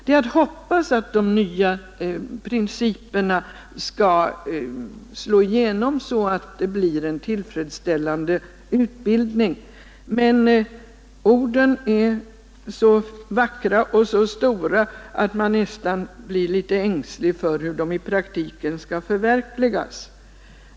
Det är att hoppas att de nya principerna skall slå igenom, så att det blir en tillfredsställande utbildning. Men orden är så vackra och så stora att man nästan blir ängslig för hur de i praktiken skall förverkligas.